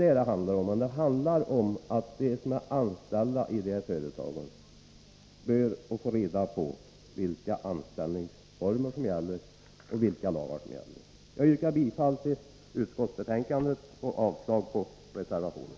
Vad det handlar om är således att de anställda i företagen skall få reda på vilka anställningsformer som gäller. Jag yrkar bifall till utskottets hemställan och avslag på reservationen.